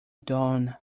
dawn